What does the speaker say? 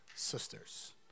sisters